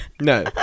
No